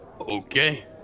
Okay